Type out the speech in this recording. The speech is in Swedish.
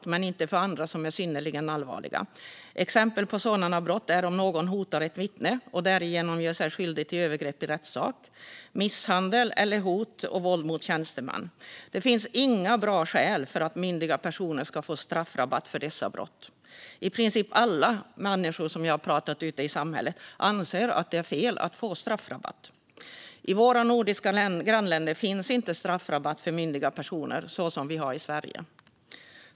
Den avskaffas dock inte för andra brott som är synnerligen allvarliga, till exempel att någon hotar ett vittne och därigenom gör sig skyldig till övergrepp i rättssak. Andra exempel på sådana brott är misshandel, hot och våld mot tjänsteman. Det finns inga bra skäl till att myndiga personer ska få straffrabatt för dessa brott. I princip alla människor som jag har pratat med ute i samhället anser att det är fel att man får straffrabatt. I våra nordiska grannländer finns inte straffrabatt för myndiga personer på det sätt som vi har i Sverige.